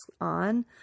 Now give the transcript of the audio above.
on